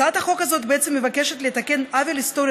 הצעת החוק הזאת בעצם מבקשת לתקן עוול היסטורי